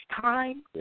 time